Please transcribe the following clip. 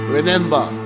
Remember